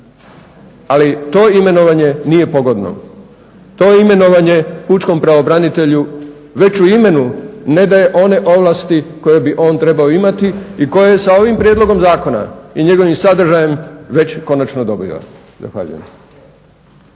ali to imenovanje nije pogodno, to imenovanje pučkom pravobranitelju već u imenu ne daje one ovlasti koje bi on trebao imati i koje sa ovim prijedlogom zakona i njegovim sadržajem već i konačno …/Govornik